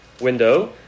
window